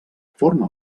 forma